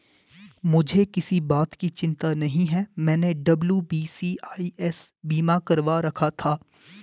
मुझे किसी बात की चिंता नहीं है, मैंने डब्ल्यू.बी.सी.आई.एस बीमा करवा रखा था